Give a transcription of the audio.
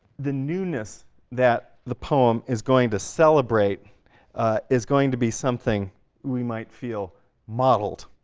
the newness that the poem is going to celebrate is going to be something we might feel mottled